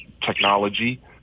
technology